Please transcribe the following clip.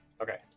Okay